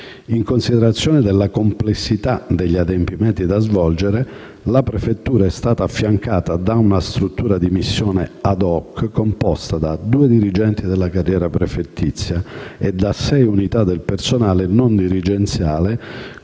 In considerazione della complessità degli adempimenti da svolgere, la prefettura è stata affiancata da una struttura di missione *ad hoc* composta da due dirigenti della carriera prefettizia e da sei unità di personale non dirigenziale,